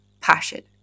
passion